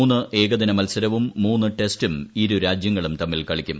മൂന്ന് ഏകദിന മത്സരവും മൂന്ന് ടെസ്റ്റും ഇരുരാജ്യങ്ങളും തമ്മിൽ കളിക്കും